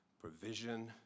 provision